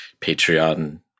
Patreon